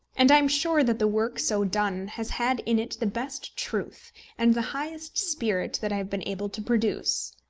and i am sure that the work so done has had in it the best truth and the highest spirit that i have been able to produce.